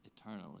eternally